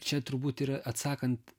čia turbūt ir atsakant